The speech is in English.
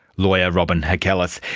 lawyer robyn hakelis.